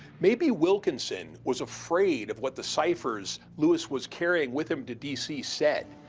maybe wilkinson was afraid of what the ciphers lewis was carrying with him to d c. said.